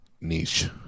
niche